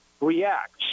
reacts